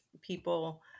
people